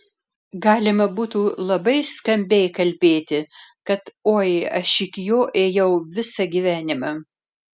galima būtų labai skambiai kalbėti kad oi aš iki jo ėjau visą gyvenimą